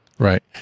Right